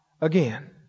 again